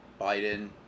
Biden